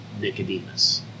Nicodemus